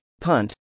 Punt